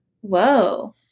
Whoa